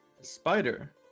spider